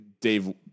Dave